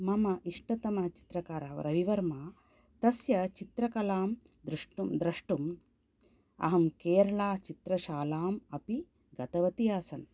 मम इष्टतमचित्रकारः रविवर्मा तस्य चित्रकलां द्रष्टुम् अहं केरलाचित्रशालाम् अपि गतवती आसम्